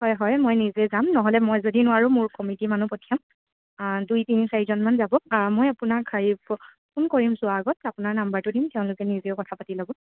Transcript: হয় হয় মই নিজে যাম নহ'লে মই যদি নোৱাৰোঁ মোৰ কমিটি মানুহ পঠিয়াম দুই তিনি চাৰিজনমান যাব মই আপোনাকা হেৰি ফোন কৰিম যোৱা আগত আপোনাৰ নাম্বাৰটো দিম তেওঁলোকে নিজে কথা পাতি ল'ব